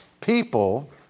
People